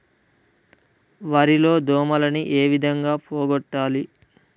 వరి లో దోమలని ఏ విధంగా పోగొట్టాలి?